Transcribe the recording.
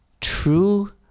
true